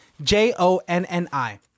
J-O-N-N-I